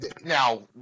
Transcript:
now